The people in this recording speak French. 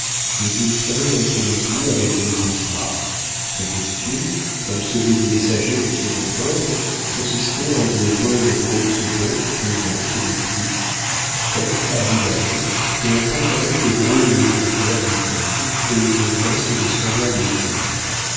mais il prenait un ton doux avec les bourgeois son costume comme celui des messagers du second ordre consistait en de bonnes grosses bottes pesantes de clous faites à l'isle-adam et un pantalon de gros velours vert-bouteille et une veste de semblable étoffe